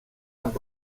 amb